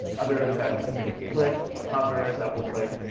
other events include click, hover, double click,